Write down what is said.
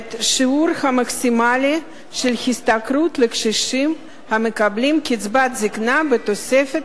את השיעור המקסימלי של השתכרות לקשישים המקבלים קצבת זיקנה בתוספת